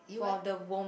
for the warmth